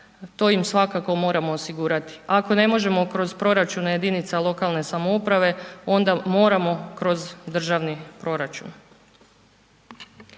to im svakako moramo osigurati, ako ne možemo kroz proračune jedinica lokalne samouprave onda moramo kroz državni proračun.